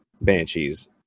Banshees